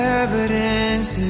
evidence